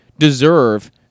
Deserve